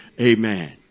amen